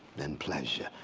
than pleasure.